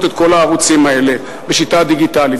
את כל הערוצים האלה בשיטה הדיגיטלית.